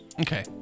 Okay